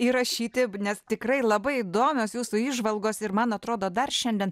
įrašyti nes tikrai labai įdomios jūsų įžvalgos ir man atrodo dar šiandien